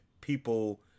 people